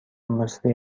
مسری